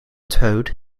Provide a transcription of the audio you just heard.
toad